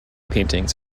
paintings